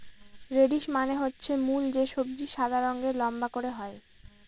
radish মানে হচ্ছে মূল যে সবজি সাদা রঙের লম্বা করে হয়